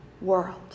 world